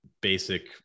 basic